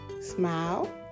smile